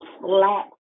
flat